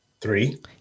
Three